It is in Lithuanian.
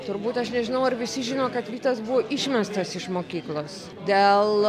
turbūt aš nežinau ar visi žino kad vytas buvo išmestas iš mokyklos dėl